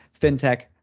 fintech